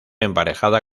emparejada